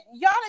y'all